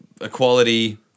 equality